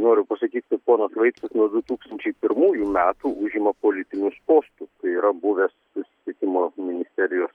noriu pasakyt kad ponas vaitkus nuo du tūkstančiai pirmųjų metų užima politinius postus yra buvęs susisiekimo ministerijos